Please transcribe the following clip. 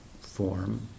form